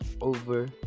over